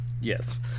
Yes